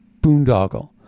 boondoggle